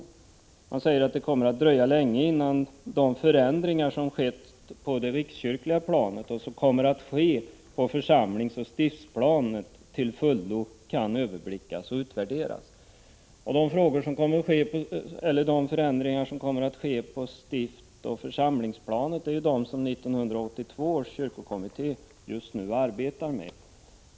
Utskottet säger att det kommer att dröja länge innan de förändringar som skett på det rikskyrkliga planet och som kommer att ske på församlingsoch stiftsplanet till fullo kan överblickas och utvärderas. De förändringar som kommer att ske på församlingsoch stiftsplanet är de som 1982 års kyrkokommitté just nu arbetar med.